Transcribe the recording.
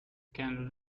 can